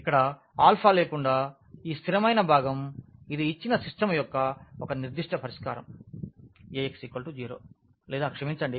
ఇక్కడ ఆల్ఫా లేకుండా ఈ స్థిరమైన భాగం ఇది ఇచ్చిన సిస్టమ్ యొక్క ఒక నిర్దిష్ట పరిష్కారం Ax 0 లేదా క్షమించండి ax అనేది b కి సమానం